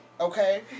okay